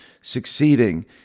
succeeding